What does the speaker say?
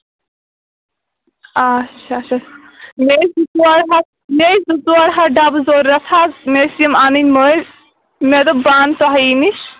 آچھا اچھا مےٚ ٲسۍ زٕ ژور مےٚ ٲسۍ زٕ ژور ہَتھ ڈَبہٕ ضوٚرَتھ حظ مےٚ ٲسۍ یِم اَنٕنۍ مٔلۍ مےٚ دوٚپ بہٕ اَنہٕ تۄہی نِش